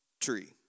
tree